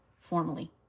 formally